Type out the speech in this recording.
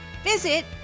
Visit